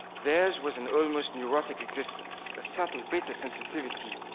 theirs was an almost neurotic existence, a subtle bitter sensitivity,